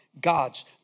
gods